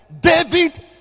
David